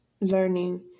learning